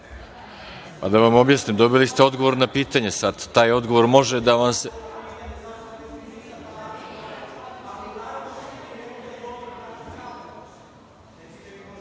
vam objasnim, dobili ste odgovor na pitanje. Sad taj odgovor može da vam